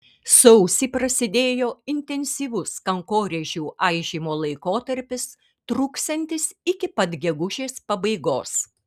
sausį prasidėjo intensyvus kankorėžių aižymo laikotarpis truksiantis iki pat gegužės pabaigos